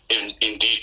indeed